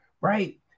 Right